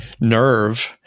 nerve